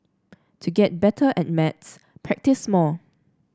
to get better at maths practise more